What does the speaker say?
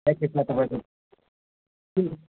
प्याकेजमा तपाईँको